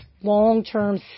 long-term